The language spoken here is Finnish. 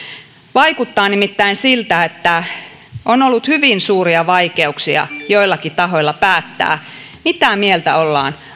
vaikuttaa nimittäin siltä että on ollut hyvin suuria vaikeuksia joillakin tahoilla päättää mitä mieltä ollaan